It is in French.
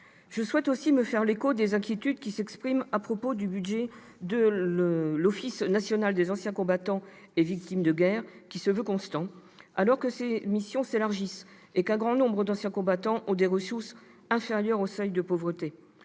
Je souhaite aussi me faire l'écho des inquiétudes qui s'expriment à propos du budget de l'Office national des anciens combattants et victimes de guerre, qui se veut constant alors que ses missions s'élargissent et qu'un grand nombre d'anciens combattants ont des ressources inférieures au seuil de pauvreté.